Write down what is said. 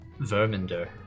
Verminder